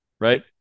right